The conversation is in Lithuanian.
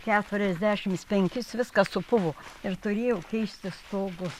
keturiasdešims penkis viskas supuvo ir turėjau keisti stogus